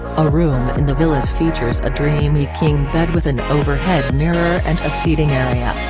a room in the villas features a dreamy king bed with an overhead mirror and a seating area.